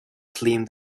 clean